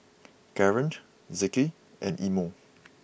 Kareen Zeke and Imo